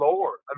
Lord